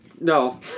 No